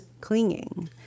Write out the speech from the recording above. clinging